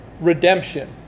redemption